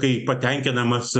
kai patenkinamas